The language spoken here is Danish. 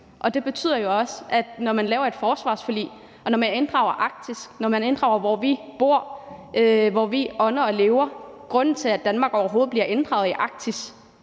det betyder jo også, at når man laver et forsvarsforlig og inddrager Arktis og inddrager, hvor vi bor, ånder og lever – grunden til, at Danmark overhovedet bliver inddraget i Arktis